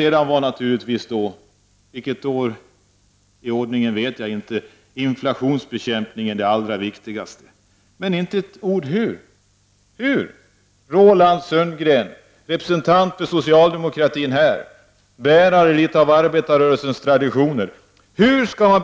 Sedan säger socialdemokraterna, för vilket år i ordningen vet jag inte, att bekämpningen av inflationen är det allra viktigaste. Men man säger inte ett ord om hur detta skall ske. Hur skall ni socialdemokrater — Roland Sundgren, som här representerar socialdemokratin — bärare av arbetarrörelsens traditioner,